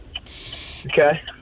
Okay